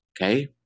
Okay